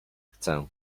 chcę